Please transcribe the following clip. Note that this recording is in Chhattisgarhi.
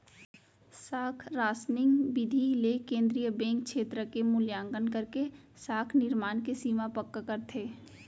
साख रासनिंग बिधि ले केंद्रीय बेंक छेत्र के मुल्याकंन करके साख निरमान के सीमा पक्का करथे